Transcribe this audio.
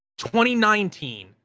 2019